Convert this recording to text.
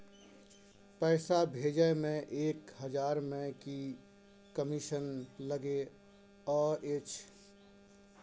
पैसा भैजे मे एक हजार मे की कमिसन लगे अएछ?